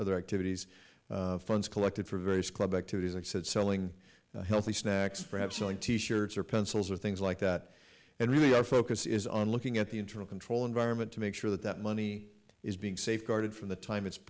other activities funds collected for various club activities like said selling healthy snacks perhaps on t shirts or pencils or things like that and really our focus is on looking at the internal control environment to make sure that that money is being safeguarded from the time it's